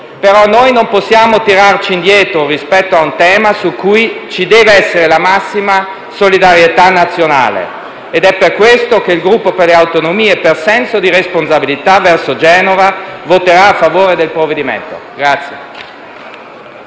testo, noi non possiamo tirarci indietro rispetto ad un tema su cui ci deve essere la massima solidarietà nazionale ed è per questo che il Gruppo per le Autonomie, per senso di responsabilità verso Genova, voterà a favore del provvedimento. [DE